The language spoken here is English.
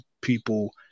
people